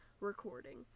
recording